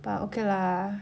but okay lah